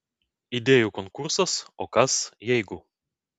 idėjų konkursas o kas jeigu